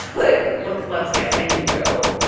like like, let's get i need to go